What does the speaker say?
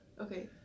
Okay